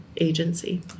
agency